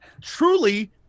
truly